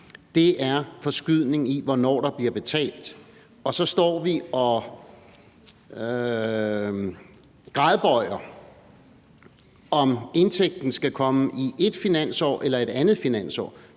er forskydning i, hvornår der bliver betalt, og så står vi og gradbøjer, om indtægten skal komme i et finansår eller i et andet finansår.